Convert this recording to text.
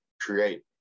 create